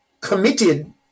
committed